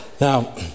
Now